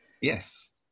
Yes